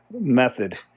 method